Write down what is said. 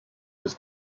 was